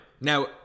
Now